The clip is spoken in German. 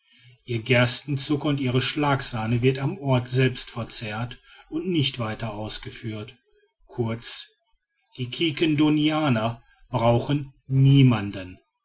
ihr gerstenzucker und ihre schlagsahne wird am orte selbst verzehrt und nicht weiter ausgeführt kurz die quiquendonianer brauchen niemanden